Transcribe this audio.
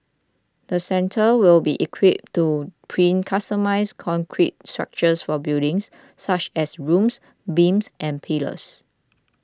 the centre will be equipped to print customised concrete structures for buildings such as rooms beams and pillars